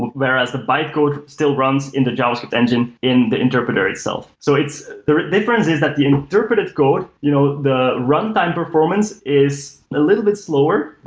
whereas the bytecode still runs in the javascript and in in the interpreter itself. so the difference is that the interpreter code, you know the runtime performance is a little bit slower.